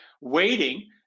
waiting